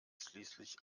schließlich